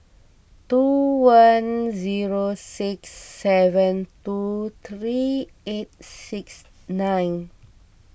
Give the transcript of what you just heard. two one zero six seven two three eight six nine